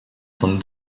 sont